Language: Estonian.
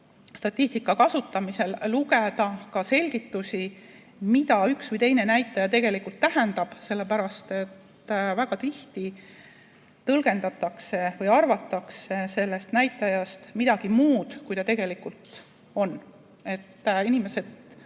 statistika kasutamisel lugeda ka selgitusi, mida üks või teine näitaja tegelikult tähendab, sellepärast et väga tihti tõlgendatakse või arvatakse sellest näitajast midagi muud, kui seda, mis ta tegelikult on. Inimesed